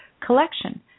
collection